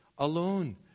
alone